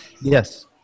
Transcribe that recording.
Yes